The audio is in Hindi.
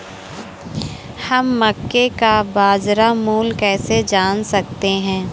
हम मक्के का बाजार मूल्य कैसे जान सकते हैं?